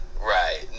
Right